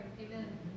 Amen